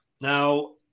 Now